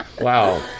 Wow